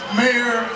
mayor